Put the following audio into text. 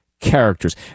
characters